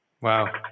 Wow